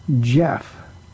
Jeff